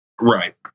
Right